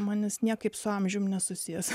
manęs niekaip su amžiumi nesusijęs